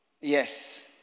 Yes